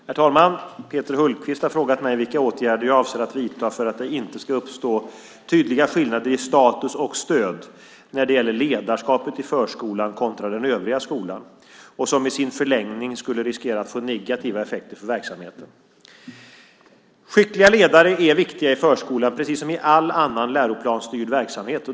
Herr talman! Peter Hultqvist har frågat mig vilka åtgärder jag avser att vidta för att det inte ska uppstå tydliga skillnader i status och stöd när det gäller ledarskapet i förskolan kontra den övriga skolan och som i sin förlängning skulle riskera att få negativa effekter för verksamheten. Skickliga ledare är viktiga i förskolan, precis som i all annan läroplansstyrd verksamhet.